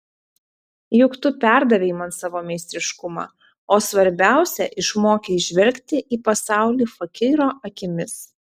juk tu perdavei man savo meistriškumą o svarbiausia išmokei žvelgti į pasaulį fakyro akimis